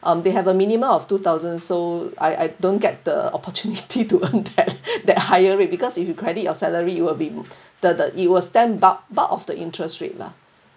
um they have a minimum of two thousand so I I don't get the opportunity to earn that that higher rate because if you credit your salary it will be the the it was ten bucks part of the interest rate lah